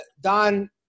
Don